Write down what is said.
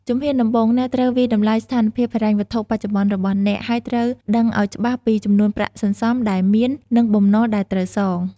ជំហានដំបូង អ្នកត្រូវវាយតម្លៃស្ថានភាពហិរញ្ញវត្ថុបច្ចុប្បន្នរបស់អ្នក ហើយត្រូវដឹងឱ្យច្បាស់ពីចំនួនប្រាក់សន្សំដែលមាន និងបំណុលដែលត្រូវសង។